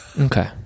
okay